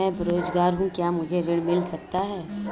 मैं बेरोजगार हूँ क्या मुझे ऋण मिल सकता है?